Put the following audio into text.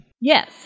Yes